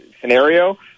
scenario